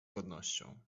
godnością